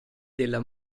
della